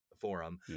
Forum